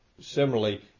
Similarly